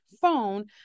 phone